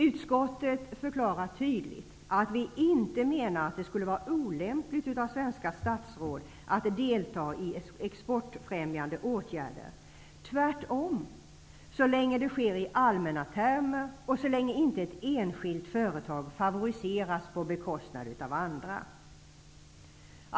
Utskottet förklarar tydligt att vi inte menar att det skulle vara olämpligt av svenska statsråd att delta i exportfrämjande åtgärder, så länge det sker i allmänna termer och så länge inte ett enskilt företag favoriseras på bekostnad av andra.